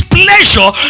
pleasure